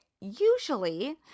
Usually